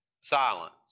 silence